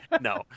no